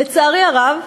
לצערי הרב,